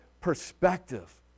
perspective